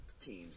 teams